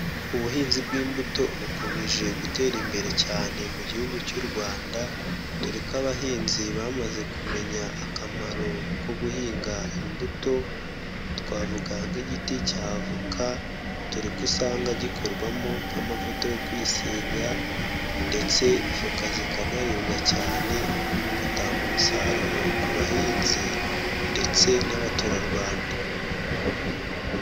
Ubuhinzi bw'imbuto bukomeje gutera imbere cyane mu gihugu cy'u Rwanda, dore ko abahinzi bamaze kumenya akamaro ko guhinga imbuto, twavuga nk'igiti cya avoka, dore ko usanga gikorwamo nk'amavuta yo kwisiga ndetse voka zikanaribwa cyane, bigatanga umusaruro ku bahinzi ndetse n'abaturarwanda.